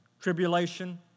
tribulation